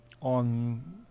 on